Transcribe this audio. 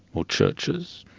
or churches,